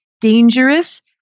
dangerous